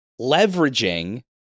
leveraging